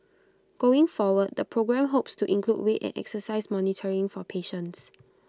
going forward the programme hopes to include weight and exercise monitoring for patients